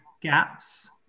gaps